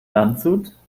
landshut